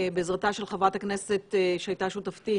בעזרתה של חברת הכנסת שהייתה שותפתי,